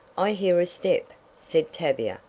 i hear a step, said tavia.